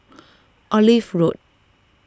Olive Road